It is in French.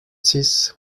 six